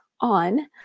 on